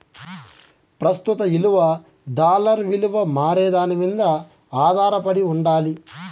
ప్రస్తుత ఇలువ డాలర్ ఇలువ మారేదాని మింద ఆదారపడి ఉండాలి